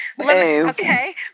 Okay